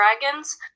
dragons